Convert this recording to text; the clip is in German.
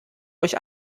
euch